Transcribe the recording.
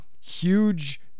huge